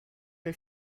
que